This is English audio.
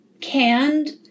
canned